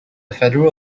federal